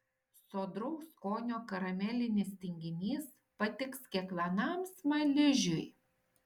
sodraus skonio karamelinis tinginys patiks kiekvienam smaližiui